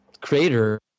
creator